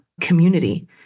community